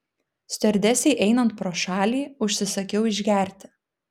stiuardesei einant pro šalį užsisakiau išgerti